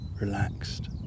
relaxed